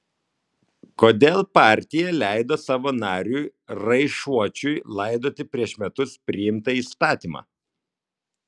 kodėl partija leido savo nariui raišuočiui laidoti prieš metus priimtą įstatymą